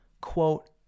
quote